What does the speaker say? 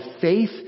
faith